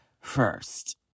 first